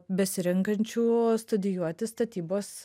besirenkančių studijuoti statybos